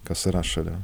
kas yra šalia